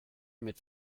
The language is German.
mit